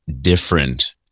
different